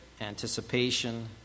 anticipation